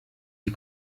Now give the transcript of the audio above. die